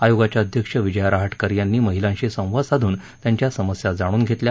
आयोगाच्या अध्यक्ष विजया रहाटकर यांनी महिलांशी संवाद साधून त्यांच्या समस्या जाणून घेतल्या